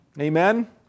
Amen